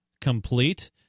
complete